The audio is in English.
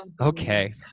okay